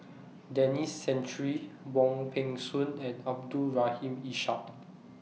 Denis Santry Wong Peng Soon and Abdul Rahim Ishak